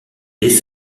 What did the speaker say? dès